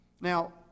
Now